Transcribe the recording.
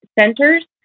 centers